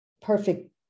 Perfect